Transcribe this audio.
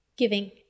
Giving